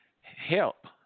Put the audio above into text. help